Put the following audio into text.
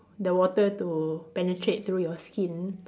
the water to penetrate through your skin